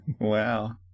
Wow